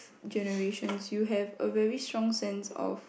generations you have a very strong sense of